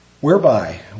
whereby